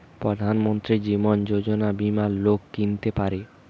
প্রধান মন্ত্রী জীবন যোজনা বীমা লোক কিনতে পারে